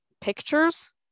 pictures